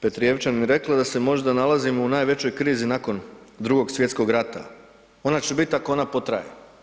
Petrijevčanin rekla da se možda nalazimo u najvećoj krizi nakon II. svjetskog rata, ona će bit ako ona potraje.